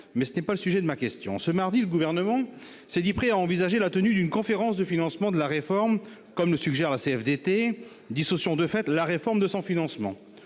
Mais ce n'est pas le sujet de ma question ... Ce mardi, le Gouvernement s'est dit prêt à envisager la tenue d'une conférence de financement de la réforme, comme le suggère la CFDT, dissociant de fait la réforme de son financement.